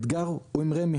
האתגר שלנו הוא עם רמ"י,